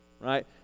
right